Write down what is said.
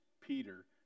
Peter